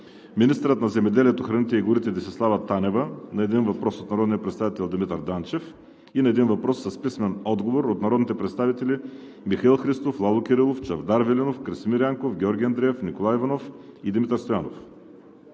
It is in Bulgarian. министърът на земеделието, храните и горите Десислава Танева на един въпрос от народния представител Димитър Данчев; и на един въпрос с писмен отговор от народните представители Михаил Христов, Лало Кирилов, Чавдар Велинов, Красимир Янков, Георги Андреев, Николай Иванов и Димитър Стоянов;